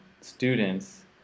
students